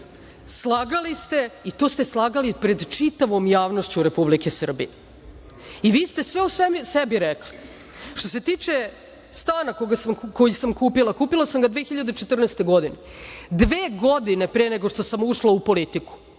slagali ste i to ste slagali pred čitavom javnošću Republike Srbije. Vi ste to sve o sebi rekli. Što se tiče stana koji sam kupila. Kupila sam ga 2014. godine, dve godine pre nego što sam ušla u politiku,